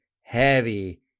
heavy